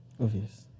Obvious